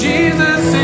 Jesus